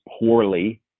poorly